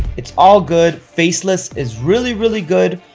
it's all good. faceless is really, really good.